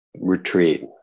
retreat